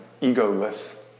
egoless